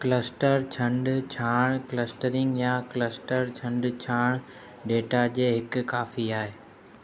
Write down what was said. cluster छंड छाण clustering या क्लस्टर छंड छाण डेटा जे हिकु काफ़ी आहे